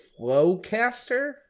Flowcaster